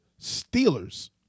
Steelers